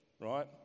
right